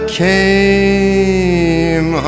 came